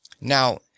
Now